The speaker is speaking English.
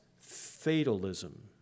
fatalism